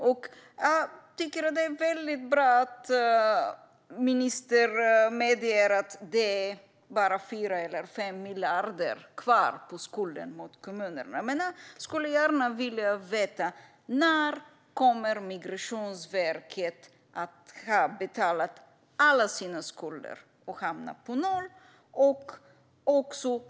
Jag tycker att det är väldigt bra att ministern säger att det bara är 4-5 miljarder kvar av skulden till kommunerna. Men jag skulle gärna vilja veta: När kommer Migrationsverket att ha betalat alla sina skulder och hamnat på noll?